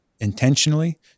intentionally